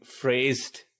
phrased